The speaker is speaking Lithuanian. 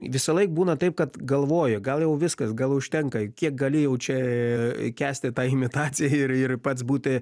visąlaik būna taip kad galvoji gal jau viskas gal užtenka kiek gali jau čia kęsti tą imitaciją ir ir pats būti